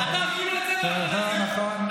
אתה אפילו את זה לא יכול להגיד, נכון.